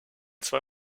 zwei